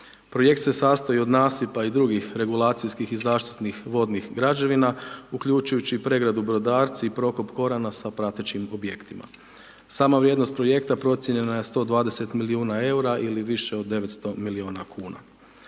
Projekt se sastoji od nasipa i drugih regulacijskih i zaštitnih vodnih građevina, uključujući i pregradu Brodarci i prokop Korana sa pratećim objektima. Sama vrijednost Projekta procijenjena je 120 milijuna EUR-a ili više od 900 milijuna kuna.